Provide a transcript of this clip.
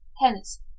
hence